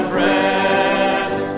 rest